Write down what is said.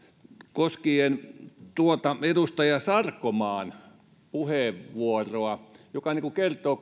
koskien tuota edustaja sarkomaan puheenvuoroa joka kertoo